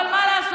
אבל מה לעשות,